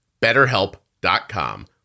BetterHelp.com